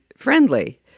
friendly